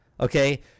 okay